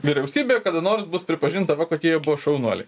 vyriausybė kada nors bus pripažinta va kokie jie buvo šaunuoliai